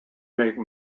make